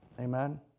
Amen